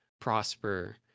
prosper